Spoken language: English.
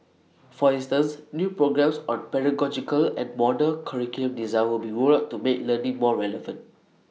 for instance new programmes on pedagogical and modular curriculum design will be rolled out to make learning more relevant